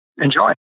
enjoy